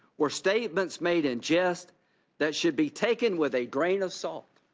were statements made in jest that should be taken with a grain of salt.